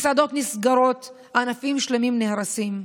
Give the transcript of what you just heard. מסעדות נסגרות, ענפים שלמים נהרסים.